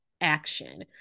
action